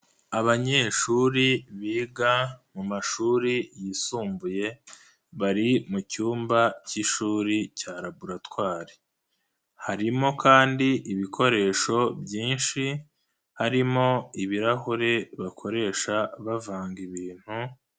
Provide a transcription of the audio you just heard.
Abanyeshuri biga mu mashuri yisumbuye bari mucyumba cy'ishuri cya laboratwari, harimo kandi ibikoresho byinshi harimo ibirahure bakoresha bavanga ibintu.